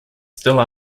still